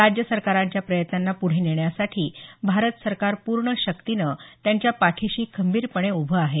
राज्य सरकारांच्या प्रयत्नांना पुढे नेण्यासाठी भारत सरकार पूर्ण शक्तिनं त्यांच्या पाठिशी खंबीरपणे उभं आहे